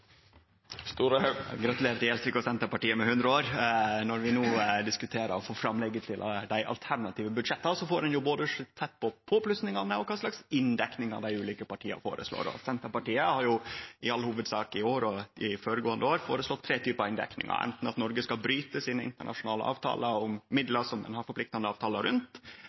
Gjelsvik og Senterpartiet med 100 år! Når vi no diskuterer og får framlegget til dei alternative budsjetta, får ein både sett på påplussingane og kva slags inndekning dei ulike partia foreslår. Senterpartiet har i all hovudsak i år, og i føregåande år, føreslege tre typar inndekningar: anten at Noreg skal bryte sine internasjonale avtalar og midlar som vi har forpliktande avtalar rundt,